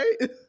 right